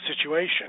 situation